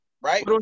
right